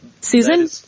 Susan